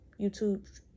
YouTube